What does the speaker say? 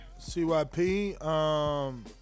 CYP